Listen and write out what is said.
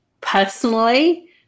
personally